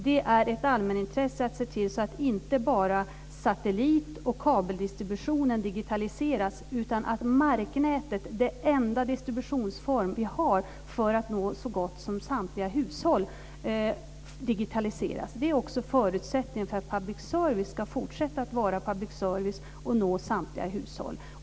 Det är ett allmänintresse att se till att inte bara satellit och kabeldistributionen digitaliseras, utan att marknätet - den enda distributionsform vi har för att nå så gott som samtliga hushåll - digitaliseras. Det är också förutsättningen för att public service ska fortsätta att vara public service och nå samtliga hushåll.